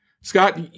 Scott